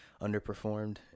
underperformed